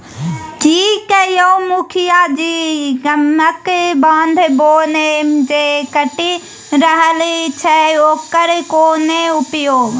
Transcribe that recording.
की यौ मुखिया जी गामक बाध बोन जे कटि रहल छै ओकर कोनो उपाय